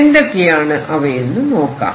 എന്തൊക്കെയാണ് അവയെന്ന് നോക്കാം